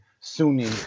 Sunni